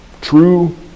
true